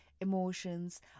emotions